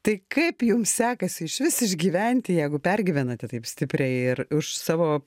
tai kaip jums sekasi išvis išgyventi jeigu pergyvenate taip stipriai ir už savo